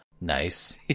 Nice